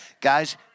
Guys